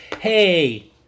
hey